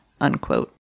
unquote